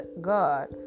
God